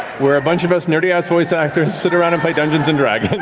where a bunch of us nerdy-ass voice actors sit around and play dungeons and dragons.